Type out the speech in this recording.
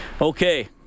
Okay